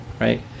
right